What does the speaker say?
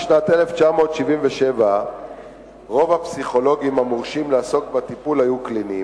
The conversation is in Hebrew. בשנת 1977 רוב הפסיכולוגים המורשים לעסוק בטיפול היו קליניים,